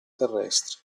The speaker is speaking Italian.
terrestri